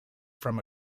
from